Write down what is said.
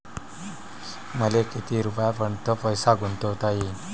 मले किती रुपयापर्यंत पैसा गुंतवता येईन?